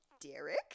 Derek